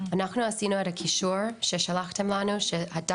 לחצנו על הקישור ששלחתם לנו כשאמרתם שכל